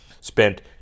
spent